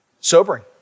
Sobering